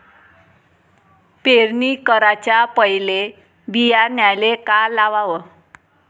पेरणी कराच्या पयले बियान्याले का लावाव?